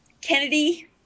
Kennedy